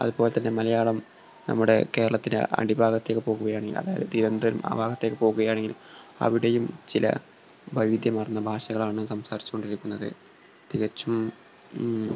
അതുപോലെ തന്നെ മലയാളം നമ്മുടെ കേരളത്തിലെ അടിഭാഗത്തേക്ക് പോകുകയാണെങ്കിൽ അതായത് തിരുവന്തപുരം ആ ഭാഗത്തേക്ക് പോകുകയാണെങ്കിലും അവിടെയും ചില വൈവിധ്യമാർന്ന ഭാഷകളാണ് സംസാരിച്ചു കൊണ്ടിരിക്കുന്നത് തികച്ചും